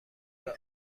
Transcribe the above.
آگاه